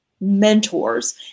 mentors